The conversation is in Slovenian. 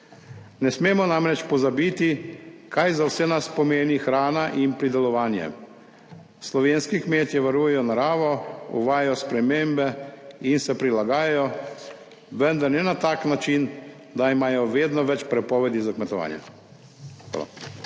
Ne smemo namreč pozabiti, kaj za vse nas pomeni hrana in pridelovanje. Slovenski kmetje varujejo naravo, uvajajo spremembe in se prilagajajo, vendar ne na tak način, da imajo vedno več prepovedi za kmetovanje.